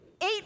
eight